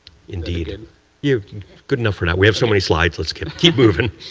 and good yeah good enough for now. we have so many slides. let's kind of keep moving.